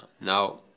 Now